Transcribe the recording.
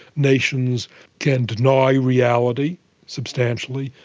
nations can deny reality substantially,